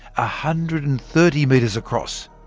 ah hundred and thirty metres across.